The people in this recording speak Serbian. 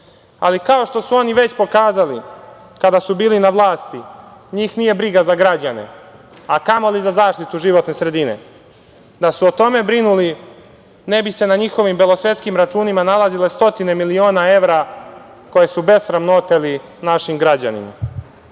Srbije. Kao što su oni već pokazali, kada su bili na vlasti, njih nije briga za građane, a kamo li za zaštitu životne sredine. Da su o tome brinuli ne bi se na njihovim belosvetskim računima nalazile stotine miliona evra, koje su besramno oteli našim građanima. Još